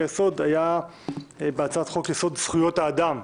יסוד היא בהצעת חוק יסוד: זכויות האדם,